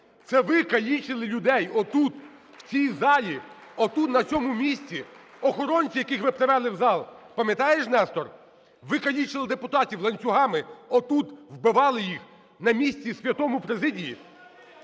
Це ви калічили людей от тут в цій залі, от тут на цьому місці. Охоронці, яких ви привели в зал, пам'ятаєш, Нестор? Ви калічили депутатів ланцюгами, отут вбивали їх на місці святому президії.